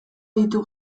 ditu